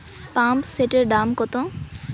পাম্পসেটের দাম কত?